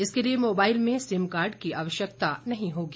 इसके लिए मोबाइल में सिम कार्ड की आवश्यकता नहीं होगी